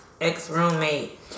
ex-roommate